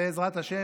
בעזרת השם,